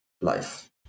life